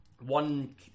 one